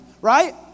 right